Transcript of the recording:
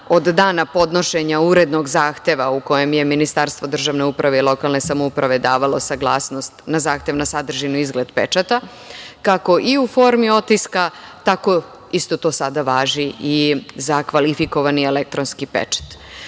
od dana podnošenja urednog zahteva u kojem je Ministarstvo državne uprave i lokalne samouprave davalo saglasnost na zahtev, na sadržinu i izgled pečata, kako i u formi otiska, tako isto to sada važi i za kvalifikovani elektronski pečat.